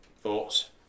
thoughts